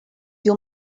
you